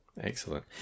Excellent